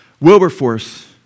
Wilberforce